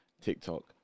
TikTok